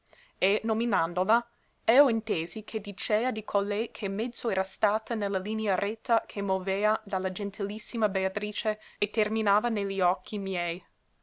e nominandola eo intesi che dicea di colei che mezzo era stata ne la linea retta che movea da la gentilissima beatrice e terminava ne li occhi miei